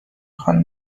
خوان